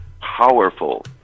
powerful